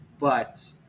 But-